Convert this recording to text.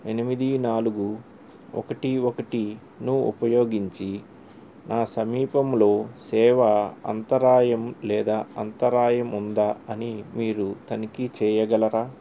ఎనిమిది నాలుగు ఒకటి ఒకటిను ఉపయోగించి నా సమీపంలో సేవ అంతరాయం లేదా అంతరాయం ఉందా అని మీరు తనిఖీ చేయగలరా